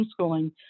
homeschooling